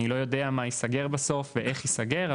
אני לא יודע מה ייסגר בסוף ואיך ייסגר,